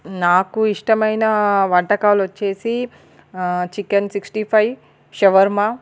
నాకు ఇష్టమైనా వంటకాలు వచ్చేసి చికెన్ సిక్స్టీ ఫైవ్ షవర్మ